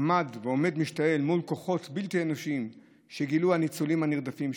עמד ועומד משתאה אל מול כוחות בלתי אנושיים שגילו הניצולים הנרדפים,